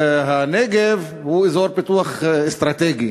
שהנגב הוא אזור פיתוח אסטרטגי.